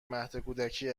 مهدکودکی